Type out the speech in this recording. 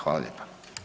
Hvala lijepa.